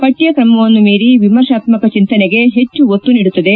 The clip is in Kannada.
ಪಠ್ನ ಕ್ರಮವನ್ನು ಮೀರಿ ವಿಮರ್ಶಾತ್ತಕ ಚಿಂತನೆಗೆ ಹೆಚ್ಚು ಒತ್ತು ನೀಡುತ್ತದೆ